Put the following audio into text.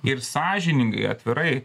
ir sąžiningai atvirai